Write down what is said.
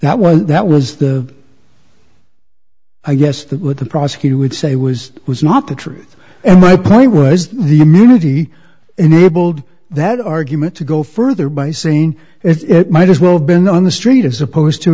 that was that was the i guess that what the prosecutor would say was was not the truth and my point was the community enabled that argument to go further by saying it might as well have been on the street as opposed to